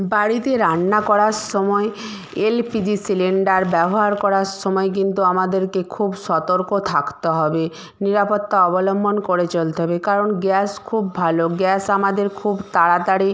বাড়িতে রান্না করার সময় এলপিজি সিলিন্ডার ব্যবহার করার সময় কিন্তু আমাদেরকে খুব সতর্ক থাকতে হবে নিরাপত্তা অবলম্বন করে চলতে হবে কারণ গ্যাস খুব ভালো গ্যাস আমাদের খুব তাড়াতাড়ি